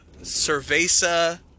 Cerveza